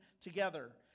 together